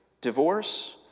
divorce